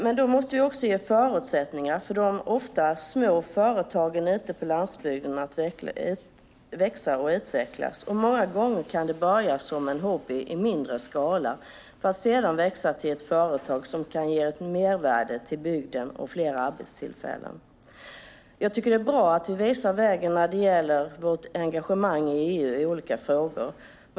Men då måste vi också ge förutsättningar för de ofta små företagen ute på landsbygden att växa och utvecklas. Många gånger kan det börja som en hobby i mindre skala för att sedan växa till ett företag som kan ge ett mervärde till bygden och fler arbetstillfällen. Jag tycker att det är bra att vi visar vägen när det gäller vårt engagemang i EU i olika frågor.